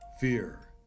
Fear